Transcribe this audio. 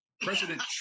President